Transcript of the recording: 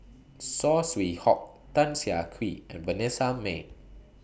Saw Swee Hock Tan Siah Kwee and Vanessa Mae